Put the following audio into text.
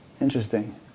Interesting